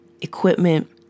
equipment